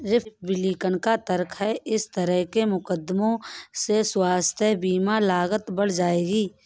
Republican का तर्क है कि इस तरह के मुकदमों से स्वास्थ्य बीमा लागत बढ़ जाएगी